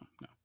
no